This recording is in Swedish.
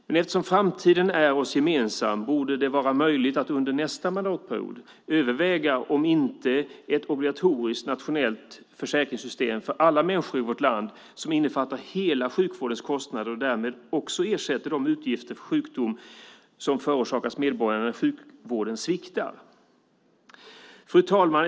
Men eftersom framtiden är oss gemensam borde det vara möjligt att under nästa mandatperiod överväga ett obligatoriskt nationellt försäkringssystem för alla människor i vårt land. Det skulle innefatta hela sjukvårdens kostnader och därmed också ersätta de utgifter som sjukdom förorsakar medborgarna när sjukvården sviktar. Fru talman!